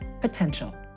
potential